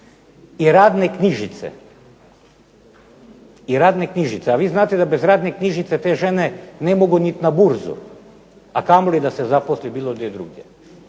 i radne knjižice. A vi znate da bez radne knjižice te žene ne mogu niti na burzu a kamoli da se zaposle negdje drugdje.